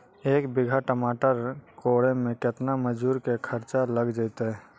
एक बिघा टमाटर कोड़े मे केतना मजुर के खर्चा लग जितै?